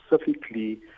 specifically